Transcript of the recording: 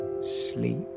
sleep